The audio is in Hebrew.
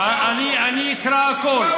אני אקרא הכול.